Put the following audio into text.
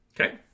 okay